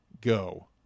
go